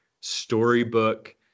storybook